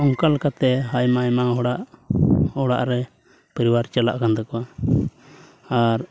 ᱚᱱᱠᱟ ᱞᱮᱠᱟᱛᱮ ᱟᱭᱢᱟ ᱟᱭᱢᱟ ᱦᱚᱲᱟᱜ ᱚᱲᱟᱜ ᱨᱮ ᱯᱚᱨᱤᱵᱟᱨ ᱪᱟᱞᱟᱜ ᱠᱟᱱ ᱛᱟᱠᱚᱣᱟ ᱟᱨ